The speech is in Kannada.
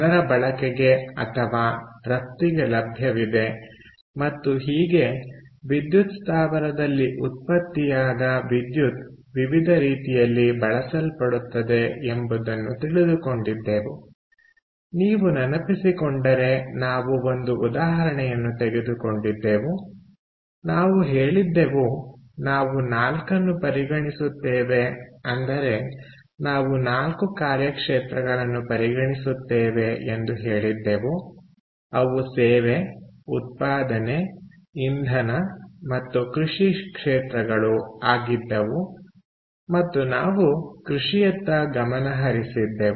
ಜನರ ಬಳಕೆಗೆ ಅಥವಾ ರಫ್ತಿಗೆ ಲಭ್ಯವಿದೆ ಮತ್ತು ಹೀಗೆ ವಿದ್ಯುತ್ ಸ್ಥಾವರದಲ್ಲಿ ಉತ್ಪತ್ತಿಯಾದ ವಿದ್ಯುತ್ ವಿವಿಧ ರೀತಿಯಲ್ಲಿ ಬಳಸಲ್ಪಡುತ್ತದೆ ಎಂಬುದನ್ನು ತಿಳಿದುಕೊಂಡಿದ್ದೆವು ನೀವು ನೆನಪಿಸಿಕೊಂಡರೆ ನಾವು ಒಂದು ಉದಾಹರಣೆಯನ್ನು ತೆಗೆದುಕೊಂಡಿದ್ದೆವು ನಾವು ಹೇಳಿದ್ದೆವು ನಾವು 4 ಅನ್ನು ಪರಿಗಣಿಸುತ್ತೇವೆ ಅಂದರೆ ನಾವು 4 ಕಾರ್ಯಕ್ಷೇತ್ರಗಳನ್ನು ಪರಿಗಣಿಸುತ್ತೇವೆ ಎಂದು ಹೇಳಿದ್ದೆವು ಅವು ಸೇವೆ ಉತ್ಪಾದನೆ ಇಂಧನ ಮತ್ತು ಕೃಷಿ ಕ್ಷೇತ್ರಗಳು ಆಗಿದ್ದವು ಮತ್ತು ನಾವು ಕೃಷಿಯತ್ತ ಗಮನ ಹರಿಸಿದ್ದೆವು